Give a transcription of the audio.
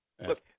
Look